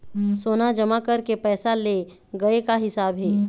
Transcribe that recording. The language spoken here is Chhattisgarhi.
सोना जमा करके पैसा ले गए का हिसाब हे?